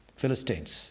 philistines